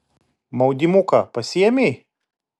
maudymuką pasiėmei